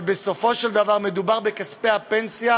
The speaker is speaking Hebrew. אבל בסופו של דבר מדובר בכספי הפנסיה,